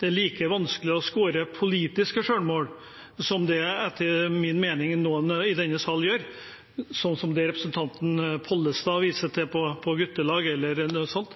det er like vanskelig å score politiske selvmål – som det etter min mening er noen i denne sal som gjør. Representanten Pollestad viser til guttelag eller noe